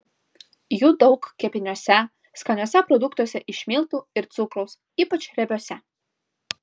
jų daug kepiniuose skaniuose produktuose iš miltų ir cukraus ypač riebiuose